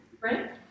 right